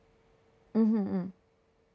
mm hmm mm